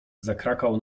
zakrakał